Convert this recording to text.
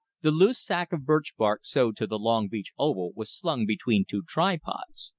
the loose sac of birch-bark sewed to the long beech oval was slung between two tripods.